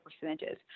percentages